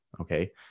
Okay